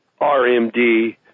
RMD